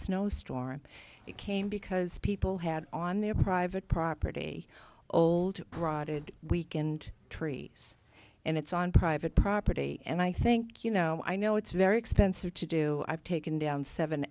snowstorm it came because people had on their private property old broad weak and trees and it's on private property and i think you know i know it's very expensive to do i've taken down seven